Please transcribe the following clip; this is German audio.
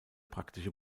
praktische